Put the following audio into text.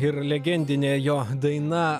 ir legendinė jo daina